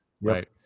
Right